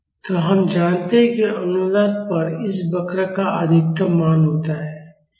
तो हम जानते हैं कि अनुनाद पर इस वक्र का अधिकतम मान होता है